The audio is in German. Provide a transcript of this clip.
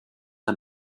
ein